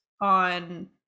on